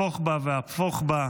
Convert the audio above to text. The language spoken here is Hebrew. הפוך בה והפוך בה,